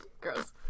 Gross